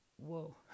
Whoa